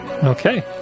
Okay